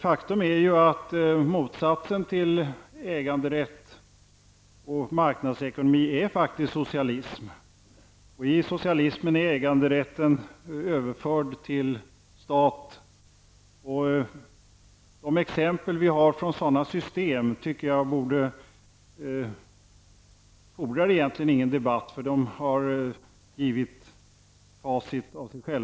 Faktum är att motsatsen till äganderätt och marknadsekonomi faktiskt är socialism. Inom socialismen är ägandrätten överförd till staten. De exempel vi har från sådana system fordrar egentligen inte någon debatt, eftersom de själva har givit facit.